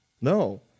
No